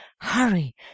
Hurry